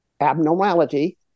abnormality